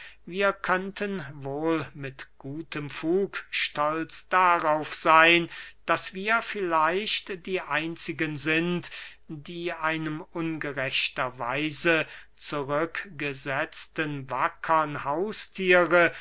wir könnten wohl mit gutem fug stolz darauf seyn daß wir vielleicht die einzigen sind die einem ungerechter weise zurückgesetzten wackern hausthiere